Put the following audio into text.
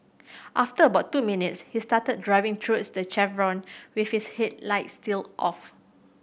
after about two minutes he started driving towards the chevron with his headlights still off